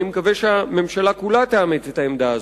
ואני מקווה שהממשלה כולה תאמץ את העמדה הזו.